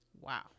Wow